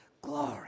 Glory